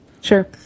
Sure